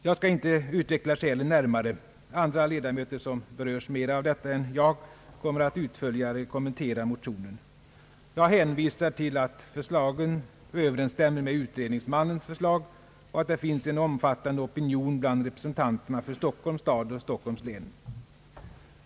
Jag tänker inte utveckla skälen närmare; andra ledamöter, som berörs mera av detta än jag, kommer att utförligt kommentera motionerna. Jag hänvisar till att förslagen överensstämmer med utredningsmannens förslag och att det finns en omfattande opinion bland representanterna för Stockholms stad och Stockholms län.